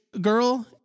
girl